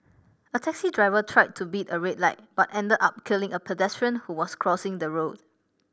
a taxi driver tried to beat a red light but ended up killing a pedestrian who was crossing the road